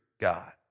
God